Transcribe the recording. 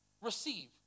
receive